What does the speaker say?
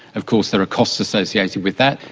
of course there are costs associated with that,